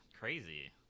crazy